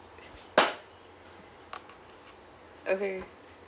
okay